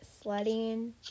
sledding